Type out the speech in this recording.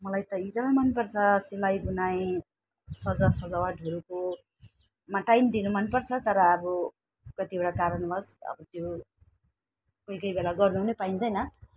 मलाई त एकदमै मनपर्छ सिलाईबुनाई सजा सजावटहरूको मा टाइम दिनु मनपर्छ तर अब कतिवटा कारणवस अब त्यो कोही कोही बेला गर्नु पनि पाइँदैन